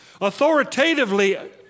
authoritatively